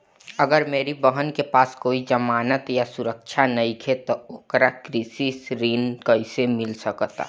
अगर मेरी बहन के पास कोई जमानत या सुरक्षा नईखे त ओकरा कृषि ऋण कईसे मिल सकता?